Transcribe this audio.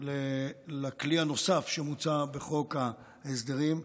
לכלי הנוסף שמוצע בחוק ההסדרים,